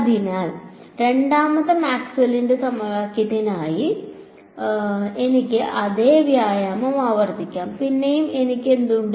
അതിനാൽ രണ്ടാമത്തെ മാക്സ്വെല്ലിന്റെ സമവാക്യത്തിനായി Maxwel's equation എനിക്ക് അതേ വ്യായാമം ആവർത്തിക്കാം പിന്നെയും എനിക്കെന്തുണ്ട്